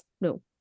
No